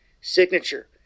Signature